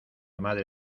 madre